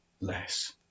less